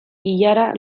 ilara